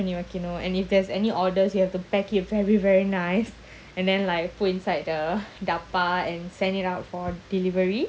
பண்ணிவைக்கணும்:panni vaikanum and if there's any orders you have to pack it until very nice and then like put inside the and send it out for delivery